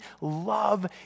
love